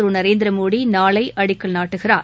திரு நரேந்திர மோடி நாளை அடிக்கல் நாட்டுகிறார்